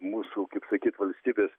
mūsų kaip sakyt valstybės